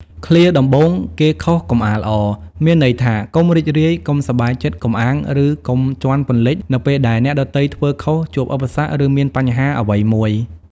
ឃ្លាដំបូង "គេខុសកុំអាលអរ" មានន័យថា កុំរីករាយ កុំសប្បាយចិត្ត កុំអាង ឬកុំជាន់ពន្លិចនៅពេលដែលអ្នកដទៃធ្វើខុស ជួបឧបសគ្គ ឬមានបញ្ហាអ្វីមួយ។